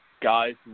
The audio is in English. guys